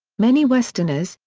many westerners,